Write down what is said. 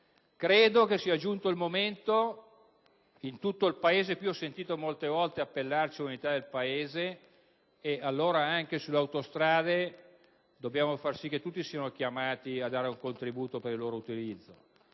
Credo che sia giunto il momento in tutto il Paese - qui ho sentito molte volte appellarsi all'unità del Paese - che anche sulle autostrade si faccia in modo che tutti siano chiamati a dare un contributo per il loro utilizzo.